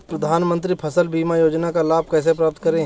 प्रधानमंत्री फसल बीमा योजना का लाभ कैसे प्राप्त करें?